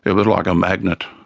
it was like a magnet.